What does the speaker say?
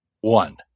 one